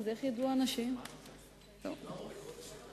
אז איך ידעו האנשים על מה אני עונה?